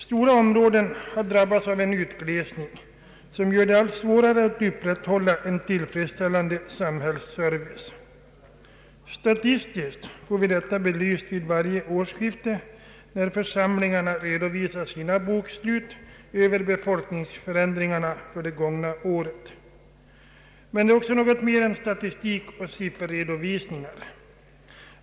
Stora områden har drabbats av en utglesning som gör det allt svårare att upprätthålla en tillfredsställande samhällsservice. Statistiskt får vi detta belyst vid varje årsskifte, när församlingarna redovisar sina bokslut över befolkningsförändringarna under det gångna året. Men det gäller här också något mera än statistik och sifferredovisningar.